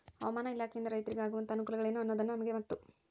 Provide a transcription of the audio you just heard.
ಹವಾಮಾನ ಇಲಾಖೆಯಿಂದ ರೈತರಿಗೆ ಆಗುವಂತಹ ಅನುಕೂಲಗಳೇನು ಅನ್ನೋದನ್ನ ನಮಗೆ ಮತ್ತು?